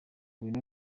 will